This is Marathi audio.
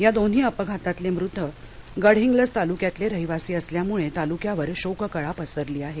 या दोन्ही अपघातातले मृत गडहिंग्लज तालुक्यातले रहिवासी असल्यामुळं तालुक्यावर शोककळा पसरली आहे